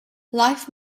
life